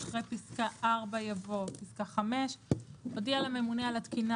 אחרי פסקה (4) יבוא: "(5)הודיעה לממונה על התקינה